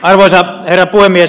arvoisa herra puhemies